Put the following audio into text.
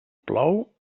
plou